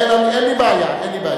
אין לי בעיה.